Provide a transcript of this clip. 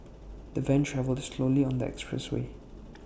the van travelled slowly on the expressway